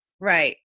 Right